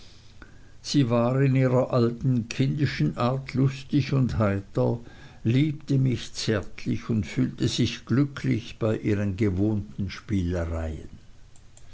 sie war in ihrer alten kindischen art lustig und heiter liebte mich zärtlich und fühlte sich glücklich bei ihren gewohnten spielereien